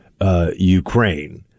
Ukraine